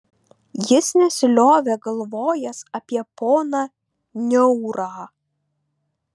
jis nesiliovė galvojęs apie poną niaurą